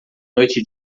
noite